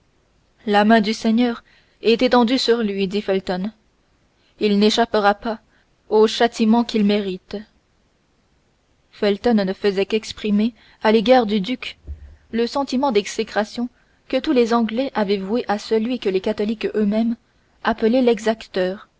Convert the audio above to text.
la main du seigneur est étendue sur lui dit felton il n'échappera pas au châtiment qu'il mérite felton ne faisait qu'exprimer à l'égard du duc le sentiment d'exécration que tous les anglais avaient voué à celui que les catholiques eux-mêmes appelaient l'exacteur